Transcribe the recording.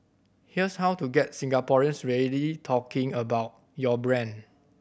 here's how to get Singaporeans really talking about your brand